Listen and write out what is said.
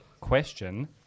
question